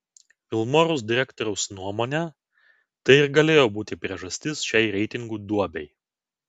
vilmorus direktoriaus nuomone tai ir galėjo būti priežastis šiai reitingų duobei